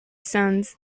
sons